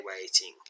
waiting